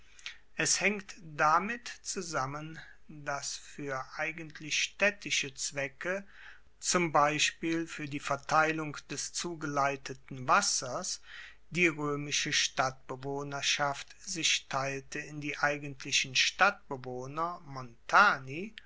es haengt damit zusammen dass fuer eigentlich staedtische zwecke zum beispiel fuer die verteilung des zugeleiteten wassers die roemische stadtbewohnerschaft sich teilte in die eigentlichen stadtbewohner